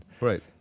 Right